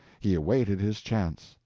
he awaited his chance.